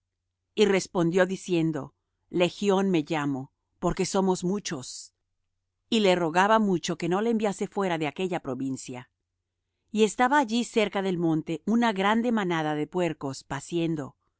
y respondió diciendo legión me llamo porque somos muchos y le rogaba mucho que no le enviase fuera de aquella provincia y estaba allí cerca del monte una grande manada de puercos paciendo